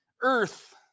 Earth